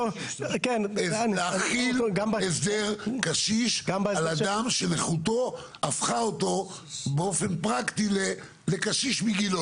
להחיל הסדר קשיש על אדם שנכותו הפכה אותו באופן פרקטי לקשיש מגילו,